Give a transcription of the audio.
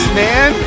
man